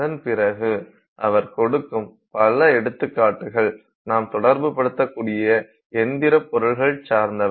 அதன்பிறகு அவர் கொடுக்கும் பல எடுத்துக்காட்டுகள் நாம் தொடர்புபடுத்தக்கூடிய இயந்திர பொருள்களை சார்ந்தவை